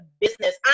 business